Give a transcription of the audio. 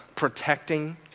protecting